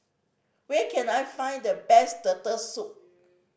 where can I find the best Turtle Soup